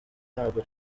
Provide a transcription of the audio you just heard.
ntabwo